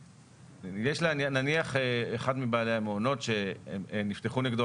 נניח אחד מבעלי המעונות שנפתחו נגדו